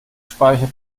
speicher